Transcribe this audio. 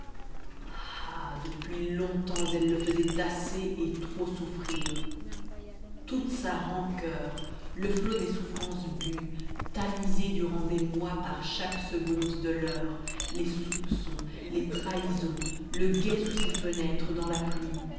ah depuis longtemps elle le faisait assez et trop souffrir toute sa rancoeur le flot des souffrances bues tamisées durant des mois par chaque seconde de l'heure les soupçons les trahisons le guet sous ses fenêtres dans la pluie